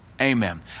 Amen